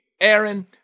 Aaron